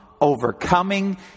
overcoming